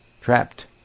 Trapped